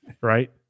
right